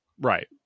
Right